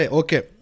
okay